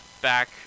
back